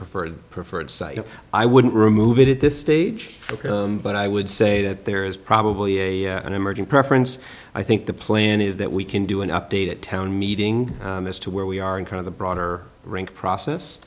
preferred preferred site i wouldn't remove it at this stage but i would say that there is probably a emerging preference i think the plan is that we can do an updated town meeting as to where we are in kind of the broader rink process